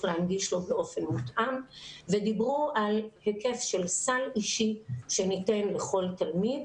להנגיש לו באופן מותאם ודיברו על היקף של סל אישי שניתן לכל תלמיד.